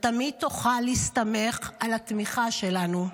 ותמיד תוכל להסתמך על התמיכה שלנו.